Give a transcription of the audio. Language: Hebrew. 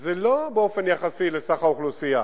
זה לא באופן יחסי לסך האוכלוסייה.